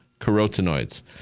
carotenoids